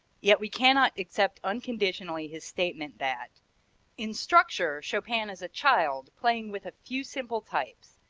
yet we cannot accept unconditionally his statement that in structure chopin is a child playing with a few simple types,